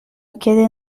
quede